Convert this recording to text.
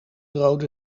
rode